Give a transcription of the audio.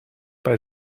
bei